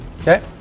Okay